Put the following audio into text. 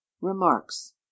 remarks